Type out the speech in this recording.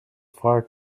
far